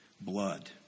blood